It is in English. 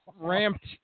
ramped